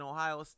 Ohio